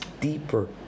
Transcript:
deeper